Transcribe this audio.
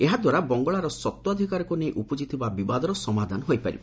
ଏହା ଦ୍ୱାରା ବଙ୍ଗଳାର ସତ୍ତ୍ୱାଧିକାରକୁ ନେଇ ଉପୁଜିଥିବା ବିବାଦର ସମାଧାନ ହୋଇପାରିବ